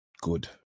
good